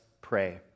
pray